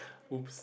oops